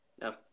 No